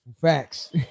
facts